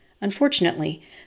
Unfortunately